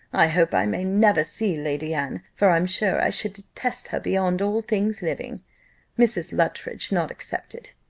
i hope i may never see lady anne for i'm sure i should detest her beyond all things living mrs. luttridge not excepted.